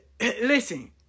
Listen